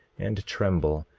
and tremble,